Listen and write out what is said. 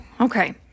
okay